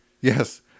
Yes